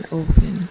open